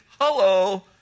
Hello